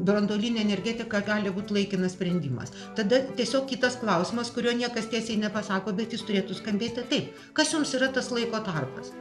branduolinė energetika gali būt laikinas sprendimas tada tiesiog kitas klausimas kurio niekas tiesiai nepasako bet jis turėtų skambėti taip kas jums yra tas laiko tarpas